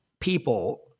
people